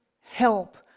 help